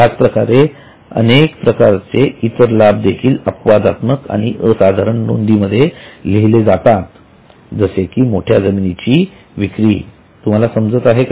याच प्रकारे अनेक प्रकारची इतर लाभ देखील अपवादात्मक आणि असाधारण नोंदींमध्ये लिहिले जातात जसे की मोठ्या जमिनीची विक्री तुम्हाला समजत आहे का